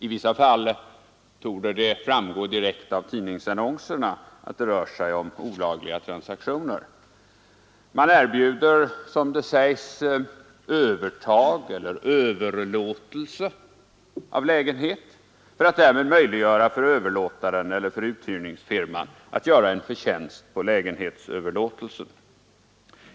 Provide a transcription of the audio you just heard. I vissa fall torde det framgå direkt av tidningsannonserna att det rör sig om olagliga transaktioner. Man erbjuder, som det sägs, ”övertag” eller ”överlåtelse” av lägenhet för att därmed möjliggöra för överlåtaren eller för utgivningsfirman att göra en förtjänst på lägenhetsöverlåtelsen.